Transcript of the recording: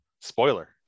Spoiler